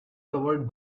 covered